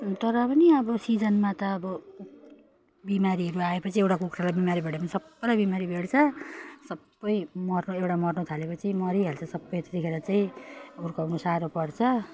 तर पनि अब सिजनमा त अब बिमारीहरू आएपछि एउटा कुखुरालाई बिमारी भेट्यो भने सबैलाई बिमारी भेट्छ सबै मर्नु एउटा मर्नु थालेपछि मरिहाल्छ सबै त्यतिखेर चाहिँ हुर्काउनु साह्रो पर्छ